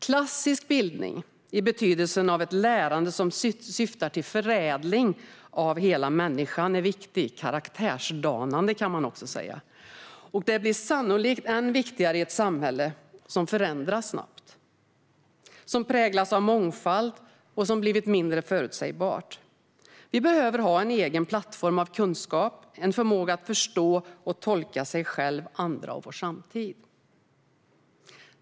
Klassisk bildning - i betydelsen av ett lärande som syftar till förädling av hela människan - är viktigt och karaktärsdanande. Och det blir sannolikt än viktigare i ett samhälle som förändras snabbt, som präglas av mångfald och som blivit mindre förutsägbart. Vi behöver ha en egen plattform av kunskap, en förmåga att förstå och tolka sig själv, andra och vår samtid.